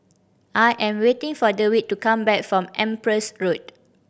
I am waiting for Dewitt to come back from Empress Road